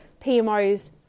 PMOs